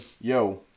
yo